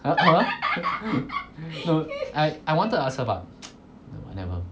!huh! her her I wanted to ask her but never